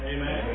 Amen